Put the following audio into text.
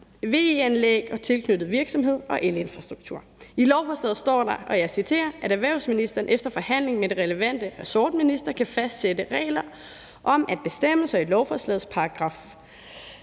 VE-anlæg og tilknyttet virksomhed og elinfrastruktur. I lovforslaget står der – og jeg citerer – at »erhvervsministeren efter forhandling med den relevante ressortminister kan fastsætte regler om, at bestemmelserne i stk. 1, 2. og 3.